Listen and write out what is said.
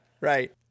Right